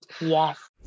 Yes